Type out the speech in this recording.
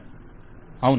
client అవును